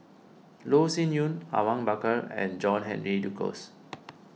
Loh Sin Yun Awang Bakar and John Henry Duclos